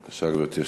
בבקשה, גברתי.